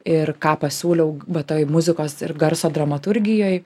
ir ką pasiūliau be to muzikos ir garso dramaturgijoj